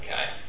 okay